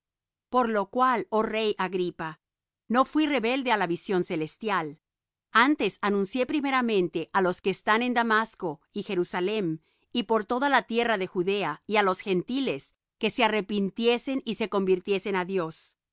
por lo cual oh rey agripa no fuí rebelde á la visión celestial antes anuncié primeramente á los que están en damasco y jerusalem y por toda la tierra de judea y á los gentiles que se arrepintiesen y se convirtiesen á dios